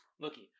looky